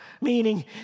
meaning